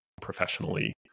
professionally